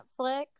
Netflix